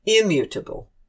immutable